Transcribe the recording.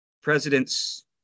president's